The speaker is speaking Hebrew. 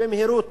במהירות